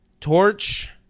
torch